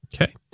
Okay